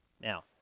Now